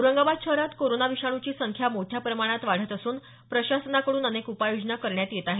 औरंगाबाद शहारत कोरोना विषाणूची संख्या मोठ्या प्रमाणात वाढत असून प्रशासनाकडून अनेक उपाययोजना करण्यात येत आहेत